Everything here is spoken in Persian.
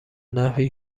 نحوی